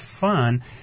fun